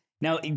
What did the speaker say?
Now